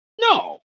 No